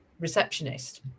receptionist